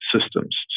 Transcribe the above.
systems